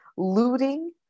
looting